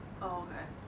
oh okay